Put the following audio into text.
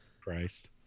Christ